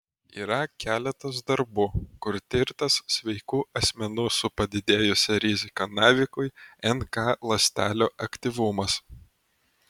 yra keletas darbų kur tirtas sveikų asmenų su padidėjusia rizika navikui nk ląstelių aktyvumas